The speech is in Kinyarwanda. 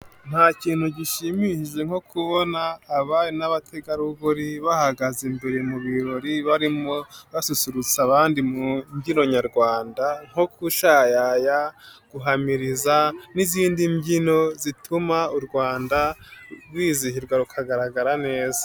Nta kintu gishimishije nko kubona abari n'abategarugori bahagaze imbere mu birori, barimo basusurutsa abandi mu mbyino nyarwanda nkoshyaya, guhamiriza n'izindi mbyino zituma u Rwanda rwizihirwa rukagaragara neza.